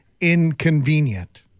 inconvenient